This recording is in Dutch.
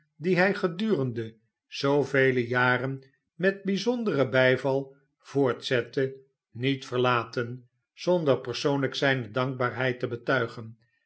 die hij gedurende zoovele jaren met bijzonderen bij val voortzette niet verlaten zonder persoonlijk zijne dankbaarheid te betuigen